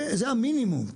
זה המינימום.